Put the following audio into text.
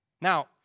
Now